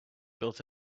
built